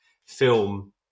film